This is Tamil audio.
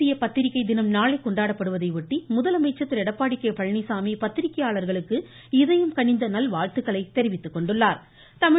தேசிய பத்திரிகை தினம் நாளை கொண்டாடப்படுவதையொட்டி முதலமைச்சர் திரு எடப்பாடி கே பழனிச்சாமி பத்திரிகையாளர்களுக்கு இதயம் கனிந்த நல்வாழ்த்துக்களை தெரிவித்துக் கொண்டிருக்கிறார்